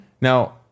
now